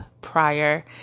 prior